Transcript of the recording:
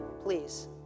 please